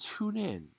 TuneIn